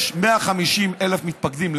יש לנו 150,000 מתפקדים,